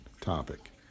topic